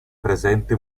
presente